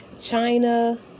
China